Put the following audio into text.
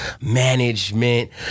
management